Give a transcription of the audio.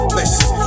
Listen